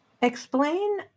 Explain